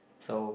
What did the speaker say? so